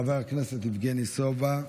חבר הכנסת יבגני סובה.